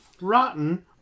Rotten